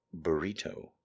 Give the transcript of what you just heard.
Burrito